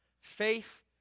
Faith